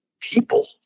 people